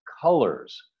colors